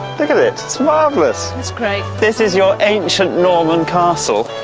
look at it its marvellous! it's great. this is your ancient norman castle,